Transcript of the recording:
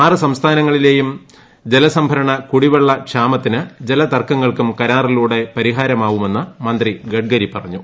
ആറു സംസ്ഥാന ങ്ങളിലെ ജലസേചന കുടിവെള്ളക്ഷാമത്തിനും ജലതർക്കങ്ങൾ ക്കും കരാറിലൂടെ പരിഹാര്യമാപ്പുമെന്ന് മന്ത്രി ഗഡ്കരി പറഞ്ഞു